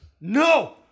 No